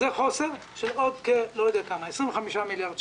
זה חוסר של עוד כ-25 מיליארד שקל.